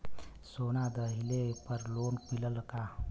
सोना दहिले पर लोन मिलल का?